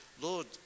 Lord